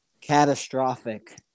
catastrophic